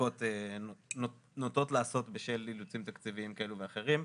החקיקות נוטות לעשות בשל אילוצים תקציביים כאלו ואחרים.